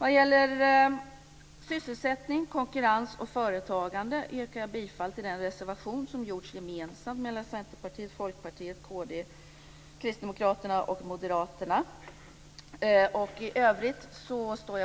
Vad gäller sysselsättning, konkurrens och företagande yrkar jag bifall till den reservation som Centerpartiet, Folkpartiet, Kristdemokraterna och Moderaterna har gemensamt.